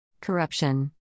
Corruption